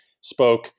spoke